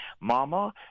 Mama